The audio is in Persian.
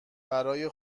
برای